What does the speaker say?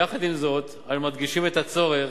יחד עם זאת, אנו מדגישים את הצורך